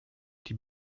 die